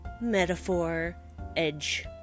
metaphor-edge